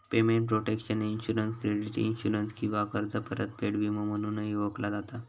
payment protection insurance credit insurance किंवा कर्ज परतफेड विमो म्हणूनही ओळखला जाता